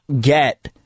get